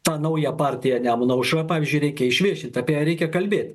tą naują partijąnemuno aušra pavyzdžiui reikia išviešint apie ją reikia kalbėt